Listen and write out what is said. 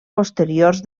posteriors